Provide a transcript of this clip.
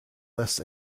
less